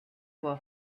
for